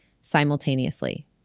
simultaneously